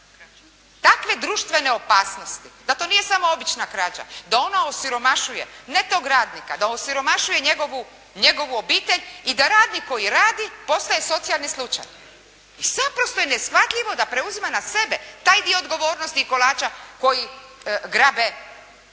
takve društvene opasnosti da to nije samo obična krađa, da ona osiromašuje ne tog radnika, da osiromašuje njegovu obitelj i da radnik koji radi postaje socijalni slučaj i naprosto je neshvatljivo da preuzima na sebe taj dio odgovornosti i kolača koji grabe